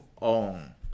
on